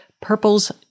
Purple's